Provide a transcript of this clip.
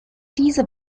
diese